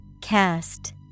Cast